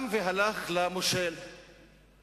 אני עדיין שואלת את השאלות,